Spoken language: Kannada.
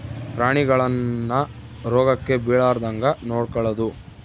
ಪ್ರಾಣಿಗಳನ್ನ ರೋಗಕ್ಕ ಬಿಳಾರ್ದಂಗ ನೊಡಕೊಳದು